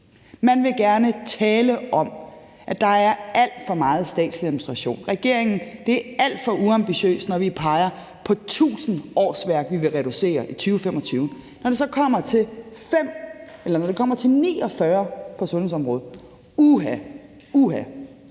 Man vil gerne tale om, at der er alt for meget statslig administration. Det er alt for uambitiøst, når regeringen peger på, at man vil reducere tusind årsværk i 2025. Når det så kommer til 49 årsværk på sundhedsområdet – uha, uha